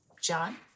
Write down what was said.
john